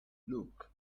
look